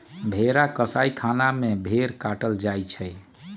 भेड़ा कसाइ खना में भेड़ काटल जाइ छइ